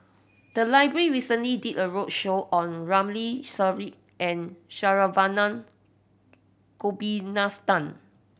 the library recently did a roadshow on Ramli Sarip and Saravanan Gopinathan